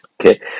okay